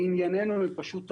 לעניינו הם פשוט טעו.